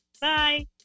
Bye